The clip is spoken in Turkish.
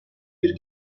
bir